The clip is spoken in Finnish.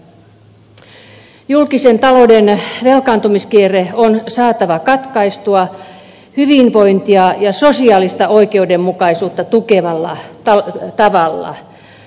julkisen talouden velkaantumiskierre on saatava katkaistua hyvinvointia ja sosiaalista oikeudenmukaisuutta tukevalla tavalla